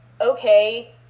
okay